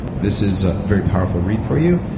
this is a very powerful read for you,